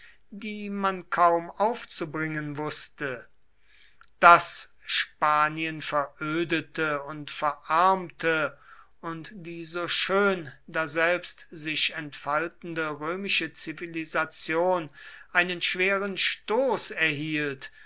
die man kaum aufzubringen wußte daß spanien verödete und verarmte und die so schön daselbst sich entfaltende römische zivilisation einen schweren stoß erhielt